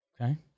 Okay